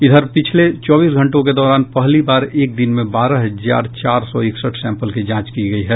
इधर पिछले चौबीस घंटों के दौरान पहली बार एक दिन में बारह हजार चार सौ इकसठ सैंपल की जांच की गयी है